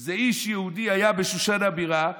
היא "איש יהודי היה בשושן הבירה",